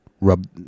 rub